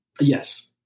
yes